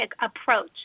approach